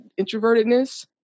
introvertedness